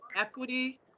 equity